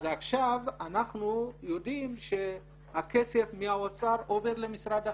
אז עכשיו אנחנו יודעים שהכסף מהאוצר עובר למשרד החינוך.